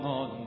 on